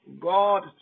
God